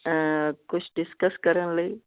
ਕੁਛ ਡਿਸਕਸ ਕਰਨ ਲਈ